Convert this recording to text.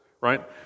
right